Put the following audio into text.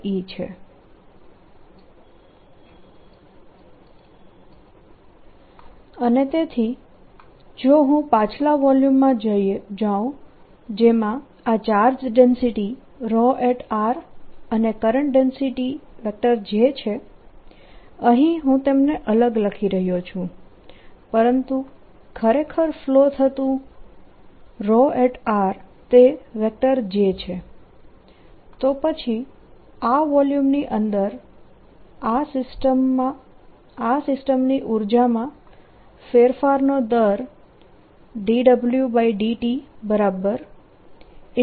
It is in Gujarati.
J અને તેથી જો હું પાછલા વોલ્યુમમાં પાછા જઉં જેમાં આ ચાર્જ ડેન્સિટી ρ અને કરંટ ડેન્સિટી J છે અહીં હું તેમને અલગ લખી રહ્યો છું પરંતુ ખરેખર ફ્લો થતું ρ એ J છે તો પછી આ વોલ્યુમની અંદર આ સિસ્ટમની ઉર્જામાં ફેરફારનો દર dWdtE